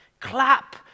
Clap